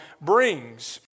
brings